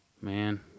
Man